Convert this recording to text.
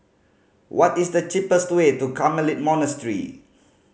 what is the cheapest way to Carmelite Monastery